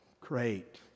great